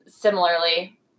Similarly